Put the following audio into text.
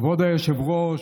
כבוד היושב-ראש,